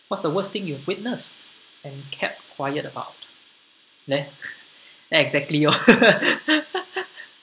what's the worst thing you witnessed and kept quiet about there that exactly lor